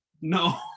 no